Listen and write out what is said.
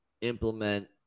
implement